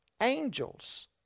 Angels